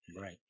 Right